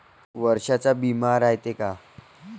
वर्षाचा बिमा रायते का?